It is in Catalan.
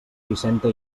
vicenta